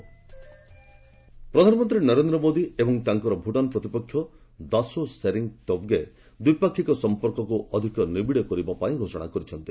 PM Bhutan ପ୍ରଧାନମନ୍ତ୍ରୀ ନରେନ୍ଦ୍ର ମୋଦି ଏବଂ ତାଙ୍କର ଭୁଟାନ ପ୍ରତିପକ୍ଷ ଦାସୋ ସେରିଂ ଟବ୍ଗେ ଦ୍ୱିପାକ୍ଷିକ ସଂପର୍କକୁ ଅଧିକ ନିବିଡ଼ କରିବା ପାଇଁ ଘୋଷଣା କରିଛନ୍ତି